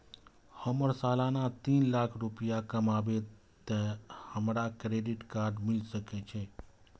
हमर सालाना तीन लाख रुपए कमाबे ते हमरा क्रेडिट कार्ड मिल सके छे?